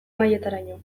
mailataraino